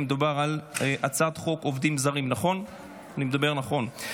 מדובר על הצעת חוק עובדים זרים (תיקון מס'